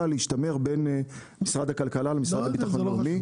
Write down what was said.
להשתמר בין משרד הכלכלה למשרד לביטחון לאומי.